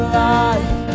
life